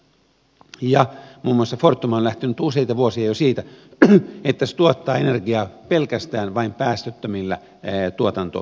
muun muassa fortum on lähtenyt jo useita vuosia siitä että se tuottaa energiaa pelkästään päästöttömillä tuotantomuodoilla